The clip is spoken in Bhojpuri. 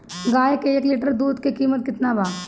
गाए के एक लीटर दूध के कीमत केतना बा?